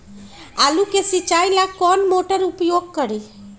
आलू के सिंचाई ला कौन मोटर उपयोग करी?